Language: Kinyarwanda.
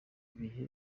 bihe